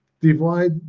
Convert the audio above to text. divide